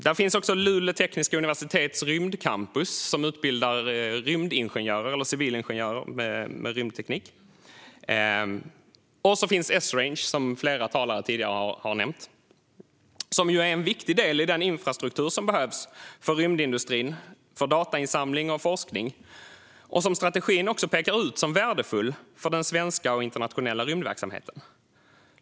Där finns också Luleå tekniska universitets rymdcampus, som utbildar civilingenjörer i rymdteknik. Och så finns Esrange, som flera talare tidigare har nämnt, som är en viktig del i den infrastruktur som behövs för rymdindustrin, för datainsamling och för forskning och som strategin också pekar ut som värdefull för den svenska och internationella rymdverksamheten.